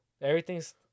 Everything's